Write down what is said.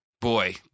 Boy